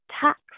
tax